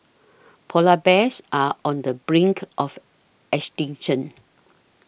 Polar Bears are on the brink of extinction